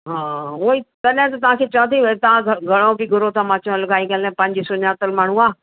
हा उहेई तॾहिं न तव्हांखे चवा थी तव्हां घ घणो थी घुरो त मां चओ हल भाई ॻाल्हि कोन्हे पंहिंजी सुञातल माण्हू आहे